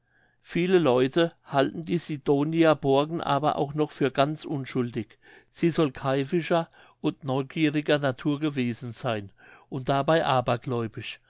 viele leute halten die sidonia borken aber auch noch für ganz unschuldig sie soll keifischer und neugieriger natur gewesen seyn und dabei abergläubisch